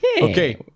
Okay